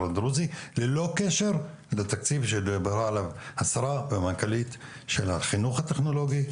הדרוזי ללא קשר לתקציב שדיברה עליו השרה והמנכ"לית של החינוך הטכנולוגי,